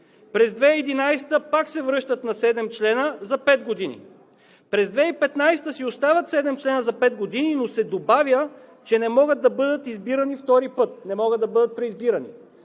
През 2011 г. пак се връщат на седем членове за пет години. През 2015 г. си остават седем членове за пет години, но се добавя, че не могат да бъдат избирани втори път – не могат да бъдат преизбирани.